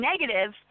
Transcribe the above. negative